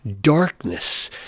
darkness